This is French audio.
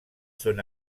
son